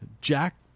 Jack